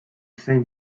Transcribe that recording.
same